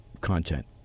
content